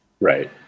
Right